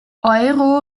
euro